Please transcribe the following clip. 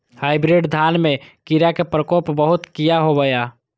Hybrid धान में कीरा के प्रकोप बहुत किया होया?